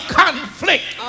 conflict